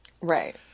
Right